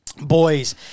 boys